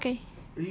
tapi you pakai